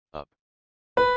up